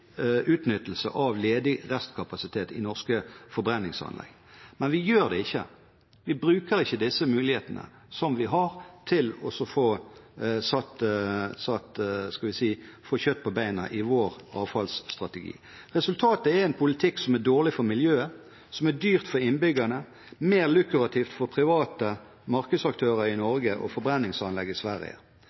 utnyttelse av ledig restkapasitet i norske forbrenningsanlegg. Men vi gjør det ikke. Vi bruker ikke disse mulighetene som vi har, til å få kjøtt på beina i vår avfallsstrategi. Resultatet er en politikk som er dårlig for miljøet, som er dyr for innbyggerne og mer lukrativ for private markedsaktører i Norge og forbrenningsanlegg i Sverige.